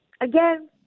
again